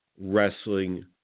wrestling